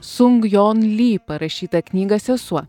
sung jon lee parašytą knygą sesuo